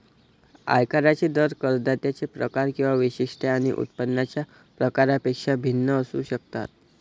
आयकरांचे दर करदात्यांचे प्रकार किंवा वैशिष्ट्ये आणि उत्पन्नाच्या प्रकारापेक्षा भिन्न असू शकतात